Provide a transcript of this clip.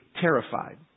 terrified